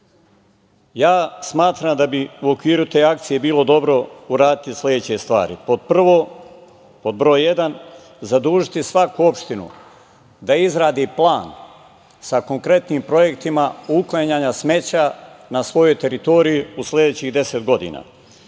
podršku. Smatram da bi u okviru te akcije bilo dobro uraditi sledeće stvari. Pod broj jedan, zadužiti svaku opštinu da izradi plan sa konkretnim projektima uklanjanja smeća na svojoj teritoriji u sledećih deset godina.